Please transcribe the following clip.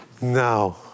No